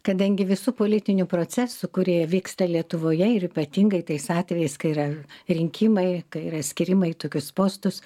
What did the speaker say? kadangi visų politinių procesų kurie vyksta lietuvoje ir ypatingai tais atvejais kai yra rinkimai kai yra skyrimai į tokius postus